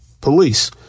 police